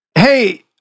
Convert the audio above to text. Hey